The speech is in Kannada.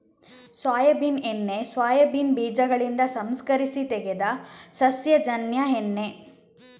ಸೋಯಾಬೀನ್ ಎಣ್ಣೆ ಸೋಯಾಬೀನ್ ಬೀಜಗಳಿಂದ ಸಂಸ್ಕರಿಸಿ ತೆಗೆದ ಸಸ್ಯಜನ್ಯ ಎಣ್ಣೆ